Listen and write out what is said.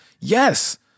yes